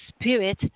spirit